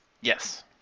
Yes